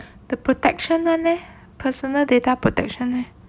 the protection one leh personal data protection leh